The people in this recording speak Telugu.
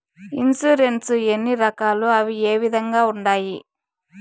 ఇన్సూరెన్సు ఎన్ని రకాలు అవి ఏ విధంగా ఉండాయి